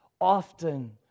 often